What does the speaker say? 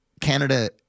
Canada